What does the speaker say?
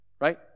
right